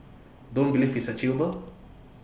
don't believe it's achievable